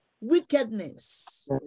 wickedness